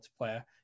multiplayer